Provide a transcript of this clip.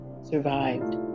survived